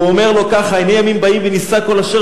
הוא אומר לו כך: הנה ימים באים ונישא כל אשר